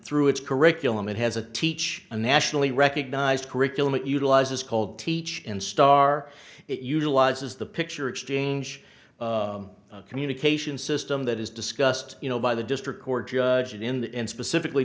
through its curriculum it has a teach a nationally recognized curriculum that utilizes called teach and star it utilizes the picture exchange communication system that is discussed you know by the district court judge and in that and specifically